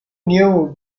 knew